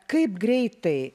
kaip greitai